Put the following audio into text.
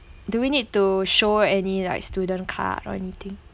do we need to show any like student card or anything